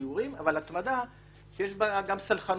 אבל התמדה שיש בה גם סלחנות.